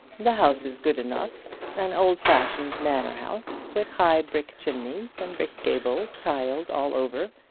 the house is good enough an old-fashioned manor-house, with high brick chimneys, and brick gables, tiled all over,